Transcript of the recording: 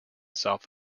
south